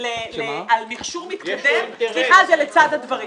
על מכשור מתקדם, סליחה, זה לצד הדברים.